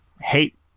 hate